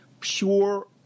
pure